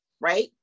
right